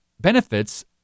benefits